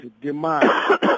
demand